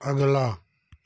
अगला